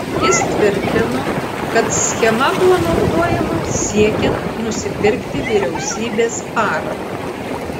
jis tvirtino kad schema buvo naudojama siekiant nusipirkti vyriausybės paramą